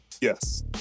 Yes